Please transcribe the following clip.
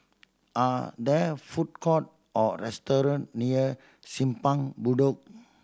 are there food court or restaurant near Simpang Bedok